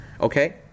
Okay